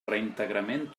reintegrament